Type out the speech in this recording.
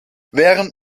während